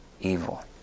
evil